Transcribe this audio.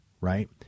right